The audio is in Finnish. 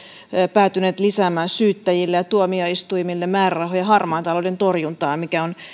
päätyneet lisäämään syyttäjille ja tuomioistuimille määrärahoja harmaan talouden torjuntaan mikä on